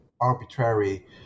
arbitrary